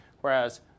Whereas